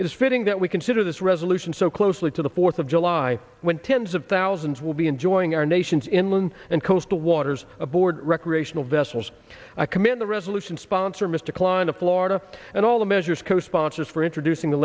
is fitting that we consider this resolution so closely to the fourth of july when tens of thousands will be enjoying our nation's inland and coastal waters aboard recreational vessels i commend the resolution sponsor mr klein of florida and all the measures co sponsors for introducing the